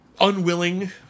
unwilling